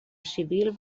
civil